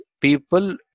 people